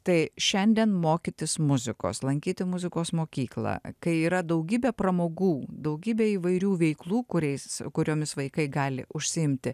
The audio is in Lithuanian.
tai šiandien mokytis muzikos lankyti muzikos mokyklą kai yra daugybė pramogų daugybė įvairių veiklų kuriais kuriomis vaikai gali užsiimti